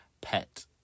pet